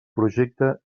projecte